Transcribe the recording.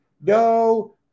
no